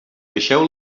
deixeu